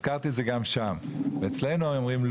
הזכרתי את זה גם שם ואצלנו אומרים,